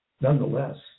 nonetheless